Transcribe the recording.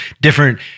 different